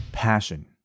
passion